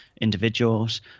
individuals